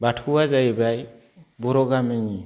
बाथौआ जाहैबाय बर' गामिनि